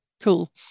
Cool